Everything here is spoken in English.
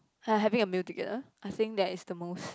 like having a meal together I think that it's the most